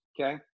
Okay